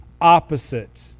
opposite